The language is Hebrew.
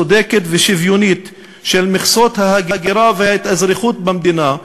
צודקת ושוויונית של מכסות ההגירה וההתאזרחות במדינה,